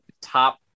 top